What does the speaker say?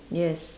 yes